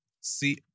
See